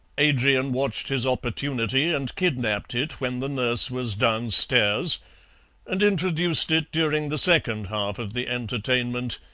adrian watched his opportunity and kidnapped it when the nurse was downstairs, and introduced it during the second half of the entertainment,